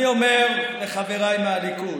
אני אומר לחבריי מהליכוד: